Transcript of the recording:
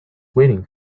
waiting